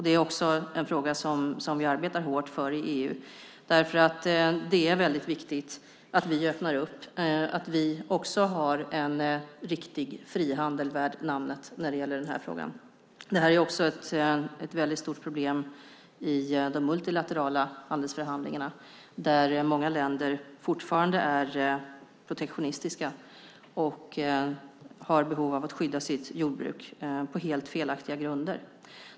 Det är en fråga som vi arbetar hårt för i EU. Det är viktigt att vi öppnar och också har en riktig frihandel värd namnet. Det är också ett stort problem i de multilaterala handelsförhandlingarna där många länder fortfarande är protektionistiska och har behov av att skydda sitt jordbruk på helt felaktiga grunder.